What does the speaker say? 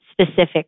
specific